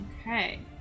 Okay